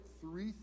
three